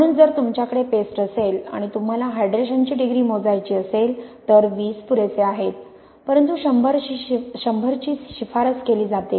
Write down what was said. म्हणून जर तुमच्याकडे पेस्ट असेल आणि तुम्हाला हायड्रेशनची डिग्री मोजायची असेल तर वीस पुरेसे आहेत परंतु शंभरची शिफारस केली जाते